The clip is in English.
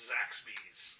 Zaxby's